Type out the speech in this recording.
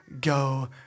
go